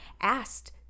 asked